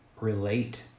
relate